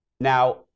now